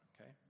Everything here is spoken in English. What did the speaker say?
okay